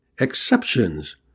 exceptions